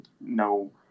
no